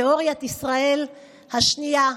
תיאוריית ישראל השנייה,